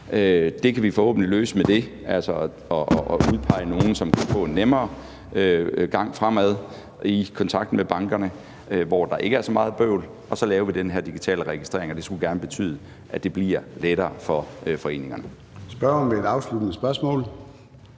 Det kan vi forhåbentlig løse med det, og vi kan udpege nogen, som kan få en nemmere gang fremad i kontakten med bankerne, hvor der ikke er så meget bøvl. Og så laver vi den her digitale registrering, og det skulle gerne betyde, at det bliver lettere for foreningerne. Kl. 13:25 Formanden (Søren